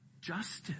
justice